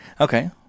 Okay